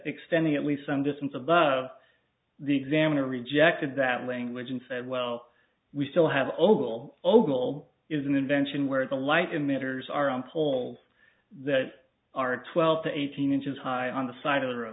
extending at least some distance above the examiner rejected that language and said well we still have oval ogle is an invention where the light emitters are on poles that are twelve to eighteen inches high on the side of the road